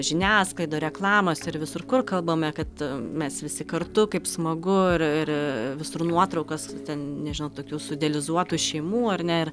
žiniasklaida reklamos ir visur kur kalbame kad mes visi kartu kaip smagu ir ir visur nuotraukos ten nežinau tokių suidealizuotų šeimų ar ne ir